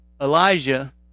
elijah